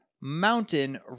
mountain